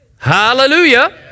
Hallelujah